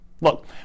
Look